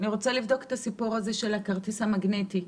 אני רוצה לבדוק את הסיפור של הכרטיס המגנטי.